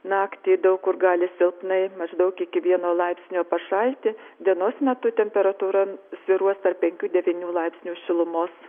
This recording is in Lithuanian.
naktį daug kur gali silpnai maždaug iki vieno laipsnio pašalti dienos metu temperatūra svyruos tarp penkių devynių laipsnių šilumos